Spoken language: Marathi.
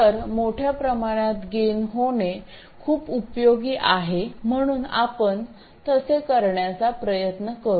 तर मोठ्या प्रमाणात गेन होणे खूप उपयोगी आहे म्हणून आपण करण्याचा प्रयत्न करू